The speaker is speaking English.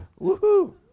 Woohoo